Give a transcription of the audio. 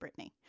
Britney